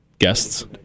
Guests